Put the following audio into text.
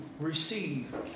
receive